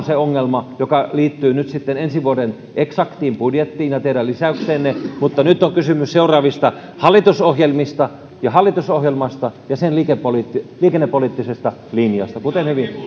se ongelma joka liittyy nyt sitten ensi vuoden eksaktiin budjettiin ja teidän lisäykseenne mutta nyt on kysymys seuraavasta hallitusohjelmasta ja hallitusohjelmasta ja sen liikennepoliittisesta liikennepoliittisesta linjasta kuten hyvin